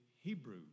Hebrew